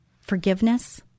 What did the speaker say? forgiveness